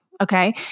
Okay